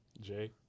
Jay